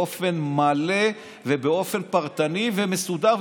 באופן מלא ובאופן פרטני ומסודר,